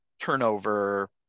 turnover